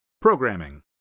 Programming